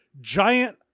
giant